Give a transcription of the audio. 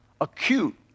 acute